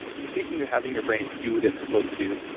speaking of having your brain do what it's supposed to do,